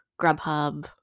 Grubhub